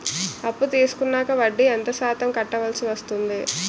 అప్పు తీసుకున్నాక వడ్డీ ఎంత శాతం కట్టవల్సి వస్తుంది?